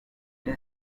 they